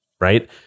right